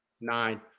nine